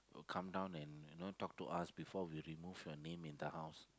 come down and you know talk to us before we remove your name in the house